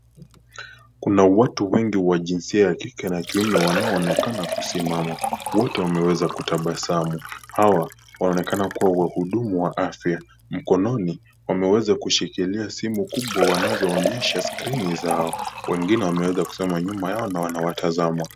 Kuna watu wengi wa jinsia ya kike na kiume wanao onekana kusimama, wote wanatabasamu, hawa, waonekana ni wahudumu wa afya, mkononi, wameweza kushikilia simu kubwa wanazo onyesha skrini zao, wenzao wameweza kusimama nyuma na wanawatazama.